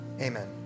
amen